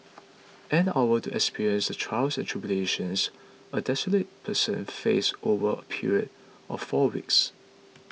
an hour to experience the trials and tribulations a destitute person faces over a period of four weeks